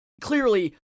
clearly